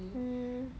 mm